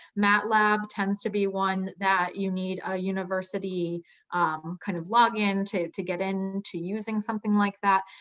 matlab tends to be one that you need a university um kind of login to to get in to using something like that.